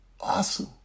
awesome